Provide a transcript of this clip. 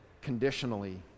conditionally